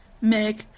make